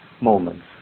moments